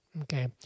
Okay